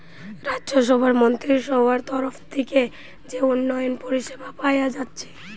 রাজ্যসভার মন্ত্রীসভার তরফ থিকে যে উন্নয়ন পরিষেবা পায়া যাচ্ছে